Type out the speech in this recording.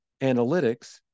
analytics